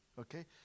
Okay